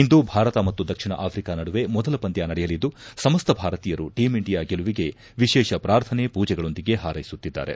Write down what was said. ಇಂದು ಭಾರತ ಮತ್ತು ದಕ್ಷಿಣ ಆಫ್ರಿಕಾ ನಡುವೆ ಮೊದಲ ಪಂದ್ಹ ನಡೆಯಲಿದ್ದು ಸಮಸ್ತ ಭಾರತೀಯರು ಟೀಂ ಇಂಡಿಯಾ ಗೆಲುವಿಗೆ ವಿಶೇಷ ಪ್ರಾರ್ಥನೆ ಪೂಜೆಗಳೊಂದಿಗೆ ಹಾರೈಸುತ್ತಿದ್ದಾರೆ